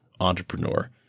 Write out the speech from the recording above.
entrepreneur